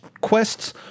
quests